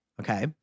Okay